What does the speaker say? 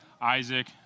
Isaac